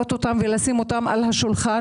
להעלות ולשים על השולחן.